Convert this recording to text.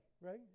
right